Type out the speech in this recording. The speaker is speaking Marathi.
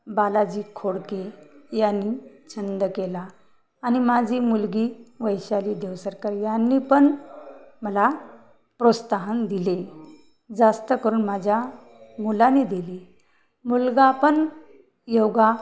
बालाजी खोडके यांनी छंद केला आणि माझी मुलगी वैशाली देवसरकर यांनी पण मला प्रोत्साहन दिले जास्त करून माझ्या मुलानी दिले मुलगा पण योगा